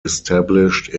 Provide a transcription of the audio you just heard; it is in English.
established